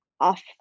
off